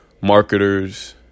marketers